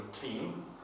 team